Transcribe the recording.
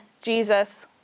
Jesus